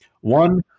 One